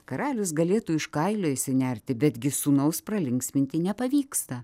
karalius galėtų iš kailio išsinerti betgi sūnaus pralinksminti nepavyksta